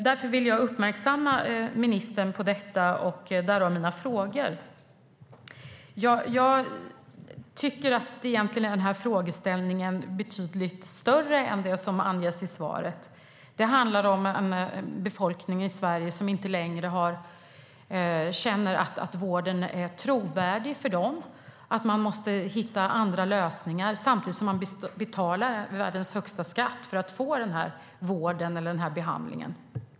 Därför vill jag uppmärksamma ministern på detta, därav mina frågor. Egentligen tycker jag att den här frågeställningen är betydligt större än det som anges i svaret. Det handlar om en befolkning i Sverige som inte längre känner att vården är trovärdig för dem och att man måste hitta andra lösningar samtidigt som man betalar världens högsta skatt för att få den här vården eller behandlingen.